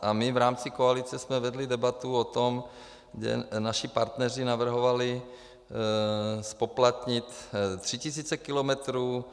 A my v rámci koalice jsme vedli debatu o tom, kde naši partneři navrhovali zpoplatnit tři tisíce kilometrů.